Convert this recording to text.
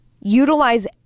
utilize